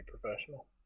professional